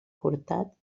portat